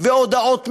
והודעות מראש,